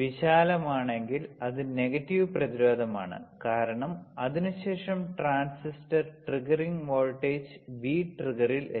വിശാലമാണെങ്കിൽ ഇത് നെഗറ്റീവ് പ്രതിരോധമാണ് കാരണം അതിനുശേഷം ട്രാൻസിസ്റ്റർ ട്രിഗറിംഗ് വോൾട്ടേജ് V triggerൽ എത്തി